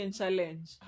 challenge